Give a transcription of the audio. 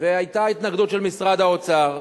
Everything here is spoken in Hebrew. והיתה התנגדות של משרד האוצר,